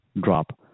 drop